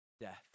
Death